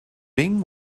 being